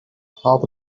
half